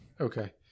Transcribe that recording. Okay